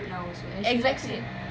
exactly